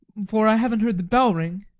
for i haven't heard the bell ring.